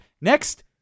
Next